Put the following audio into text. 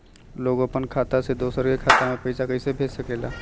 लोग अपन खाता से दोसर के खाता में पैसा कइसे भेज सकेला?